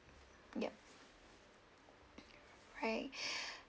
yup right